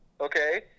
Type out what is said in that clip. Okay